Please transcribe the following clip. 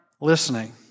listening